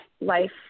life